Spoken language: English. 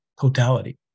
totality